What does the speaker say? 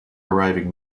arriving